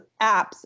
apps